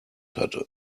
hatte